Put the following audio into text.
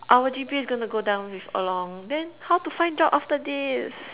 our G_P_A is gonna go down with along then how to find job after this